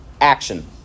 action